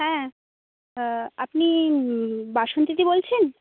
হ্যাঁ আপনি বাসন্তীদি বলছেন